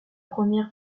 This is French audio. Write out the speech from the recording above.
première